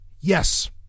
Yes